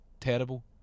terrible